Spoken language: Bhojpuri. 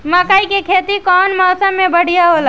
मकई के खेती कउन मौसम में बढ़िया होला?